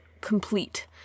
complete